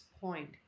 point